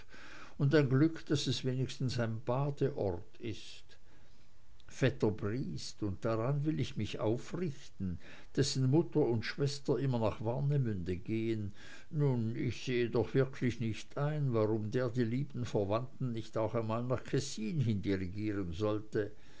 und ein glück daß es wenigstens ein badeort ist vetter briest und daran will ich mich aufrichten dessen mutter und schwester immer nach warnemünde gehen nun ich sehe doch wirklich nicht ein warum der die lieben verwandten nicht auch einmal nach kessin hin dirigieren sollte